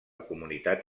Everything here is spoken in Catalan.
comunitat